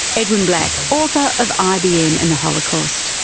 edwin black, author of ibm and the holocaust.